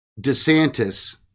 DeSantis